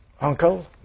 uncle